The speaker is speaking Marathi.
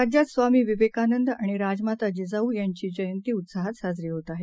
राज्यातस्वामीविवेकानंदआणिराजमाताजिजाऊयांचीजयंतीउत्साहातसाजरीहोतआहे